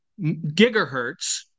gigahertz